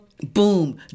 boom